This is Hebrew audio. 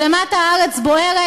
כשלמטה הארץ בוערת,